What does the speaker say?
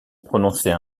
prononcer